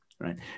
right